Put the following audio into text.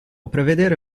prevedere